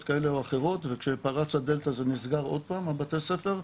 כאלה ואחרות וכשפרץ הדלתא נסגרו שוב בתי הספר.